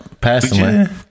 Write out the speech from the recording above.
personally